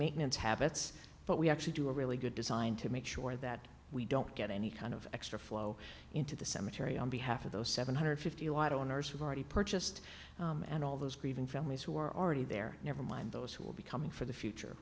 maintenance habits but we actually do a really good design to make sure that we don't get any kind of extra flow into the cemetery on behalf of those seven hundred fifty watt owners who are already purchased and all those grieving families who are already there never mind those who will be coming for the future